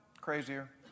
crazier